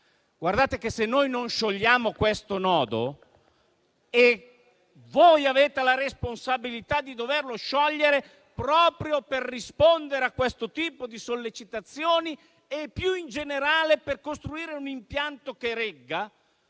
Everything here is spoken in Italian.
Guardate che, se noi non sciogliamo questo nodo - e voi avete la responsabilità di doverlo sciogliere, proprio per rispondere a questo tipo di sollecitazioni e, più in generale, per costruire un impianto che regga